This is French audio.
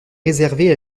réservées